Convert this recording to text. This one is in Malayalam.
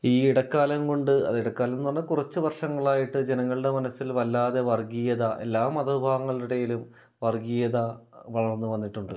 ഈ ഇടക്കലം കൊണ്ട് അത് ഇടക്കാലമെന്ന് പറഞ്ഞാൽ കുറച്ച് വർഷങ്ങളായിട്ട് ജനങ്ങളുടെ മനസ്സിൽ വല്ലാതെ വർഗ്ഗീയത എല്ലാ മത വിഭാഗങ്ങളുടെ ഇടയിലും വർഗ്ഗീയത വളർന്ന് വന്നിട്ടുണ്ട്